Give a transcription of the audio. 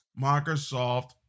Microsoft